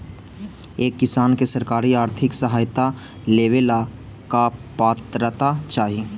एक किसान के सरकारी आर्थिक सहायता लेवेला का पात्रता चाही?